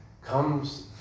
comes